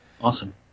Awesome